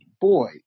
boy